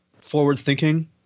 forward-thinking